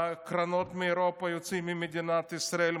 קרנות מאירופה יוצאות ממדינת ישראל,